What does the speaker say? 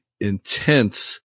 intense